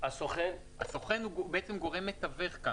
הסוכן הוא בעצם גורם מתווך כאן.